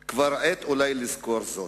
בחסד.../ כבר עת אולי לזכור זאת,